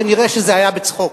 שנראה שזה היה בצחוק,